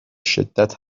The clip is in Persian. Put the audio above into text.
شدت